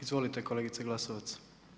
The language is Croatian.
Izvolite kolegice Glasovac.